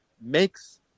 makes